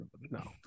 no